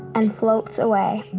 and floats away.